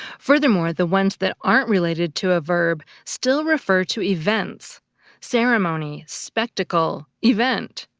furthermore, the ones that aren't related to a verb still refer to events ceremony, spectacle, event.